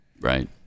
Right